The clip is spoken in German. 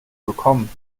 bekommen